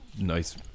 nice